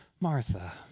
Martha